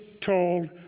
told